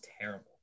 terrible